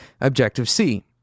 Objective-C